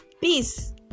Peace